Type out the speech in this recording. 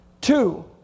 Two